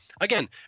again